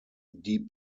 die